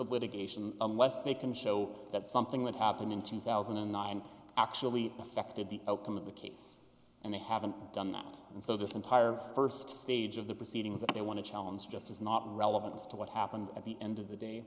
of litigation unless they can show that something that happened in two thousand and nine actually affected the outcome of the case and they haven't done that and so this entire st stage of the proceedings that they want to challenge just is not relevant to what happened at the end of the day